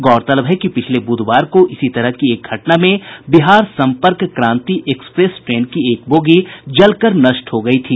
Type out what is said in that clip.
गौरतलब है कि पिछले बुधवार को इसी तरह की एक घटना में बिहार सम्पर्क क्रांति एक्सप्रेस ट्रेन की एक बोगी जलकर नष्ट हो गयी थी